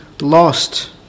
lost